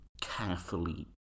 carefully